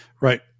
Right